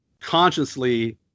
consciously